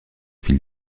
fil